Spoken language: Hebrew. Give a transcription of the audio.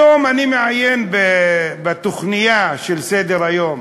היום אני מעיין בתוכנייה של סדר-היום,